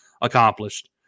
accomplished